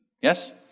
Yes